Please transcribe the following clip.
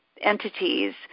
entities